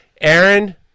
Aaron